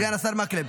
סגן השר מקלב.